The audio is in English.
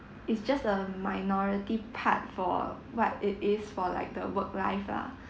it's just a minority part for what it is for like the work life lah